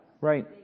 Right